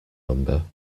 number